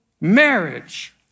marriage